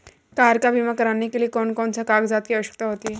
Car का बीमा करने के लिए कौन कौन से कागजात की आवश्यकता होती है?